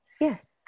Yes